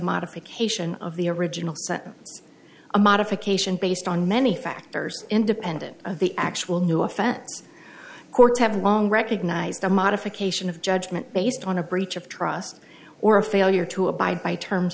modification of the original sentence a modification based on many factors independent of the actual new offense courts have long recognized the modification of judgment based on a breach of trust or a failure to abide by terms